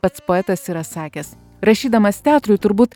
pats poetas yra sakęs rašydamas teatrui turbūt